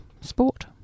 sport